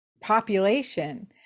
population